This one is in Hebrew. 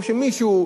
או שמישהו,